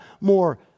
more